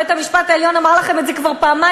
בית-המשפט העליון אמר לכם את זה כבר פעמיים.